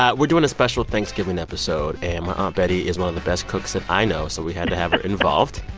ah we're doing a special thanksgiving episode. and my aunt betty is one of the best cooks that i know. so we had to have her involved.